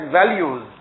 values